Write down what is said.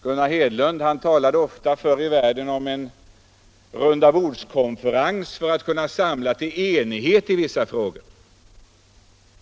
Gunnar Hedlund talade förr i världen ofta om att samlas till en rundabordskonferens för att diskutera sig fram till enighet i olika frågor.